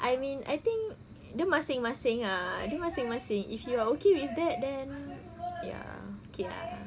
I mean I think dia masing-masing ah dia masing-masing if you're okay with that then ya okay ah